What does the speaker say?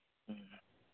ꯎꯝ